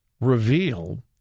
reveal